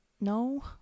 no